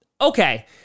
Okay